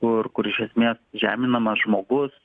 kur kur iš esmės žeminamas žmogus